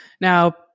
Now